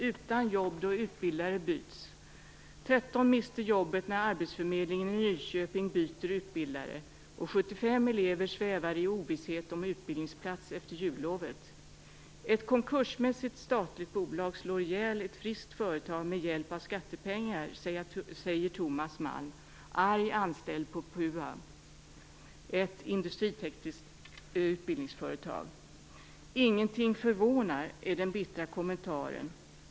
Utan jobb då utbildare byts, lyder en rubrik. Nyköping byter utbildare, och 75 elever svävar i ovisshet om hur det blir med en utbildningsplats efter jullovet. Ett konkursmässigt statligt bolag slår ihjäl ett friskt företag med hjälp av skattepengar, säger Thomas Malm - arg anställd på Puhab, ett industritekniskt utbildningsföretag. Ingenting förvånar, är den bittra kommentaren.